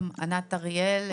אנחנו